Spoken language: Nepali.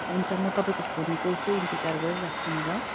हुन्छ म तपाईँको फोनको यसो इन्तजार गरिराख्छु नि ल